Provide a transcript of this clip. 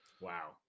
wow